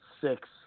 six